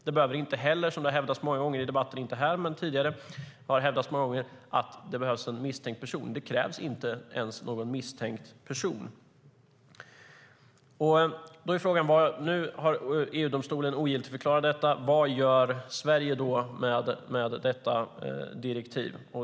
Det behöver inte heller vara så som det har hävdats många gånger i debatten - inte här men tidigare - att det behövs en misstänkt person. Det krävs inte ens någon misstänkt person. Nu har EU-domstolen ogiltigförklarat datalagringsdirektivet. Vad gör då Sverige med detta direktiv?